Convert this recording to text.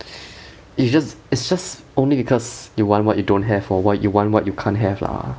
it's just it's just only because you want what you don't have or what you want what you can't have lah